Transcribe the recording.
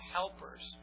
helpers